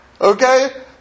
Okay